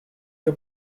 que